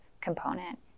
component